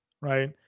Right